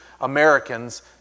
Americans